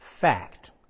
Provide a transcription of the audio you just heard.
Fact